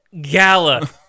Gala